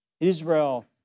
Israel